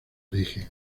origen